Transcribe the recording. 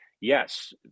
yes